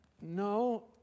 No